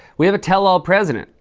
we have a tell-all president.